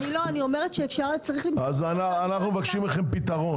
אנו מבקשים מכם פתרון.